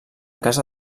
casa